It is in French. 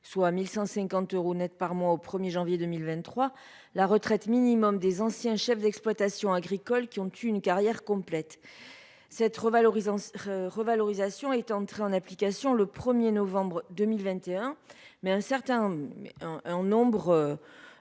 soit 1 150 euros net par mois au 1 janvier 2023, la retraite minimum des anciens chefs d'exploitation agricole ayant eu une carrière complète. Cette revalorisation est entrée en application le 1novembre 2021, mais de nombreux